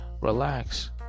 Relax